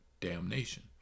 damnation